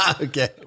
Okay